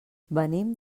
venim